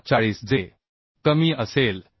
किंवा 40 जे कमी असेल